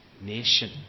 nation